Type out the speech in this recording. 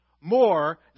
more